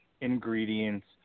ingredients